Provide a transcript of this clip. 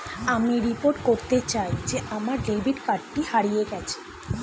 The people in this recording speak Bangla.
আমি রিপোর্ট করতে চাই যে আমার ডেবিট কার্ডটি হারিয়ে গেছে